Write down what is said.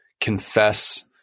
confess